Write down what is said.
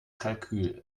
kalkül